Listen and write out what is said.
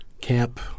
camp